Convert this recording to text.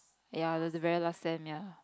ya it was the very last Sem ya